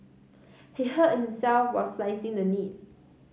he hurt himself while slicing the neat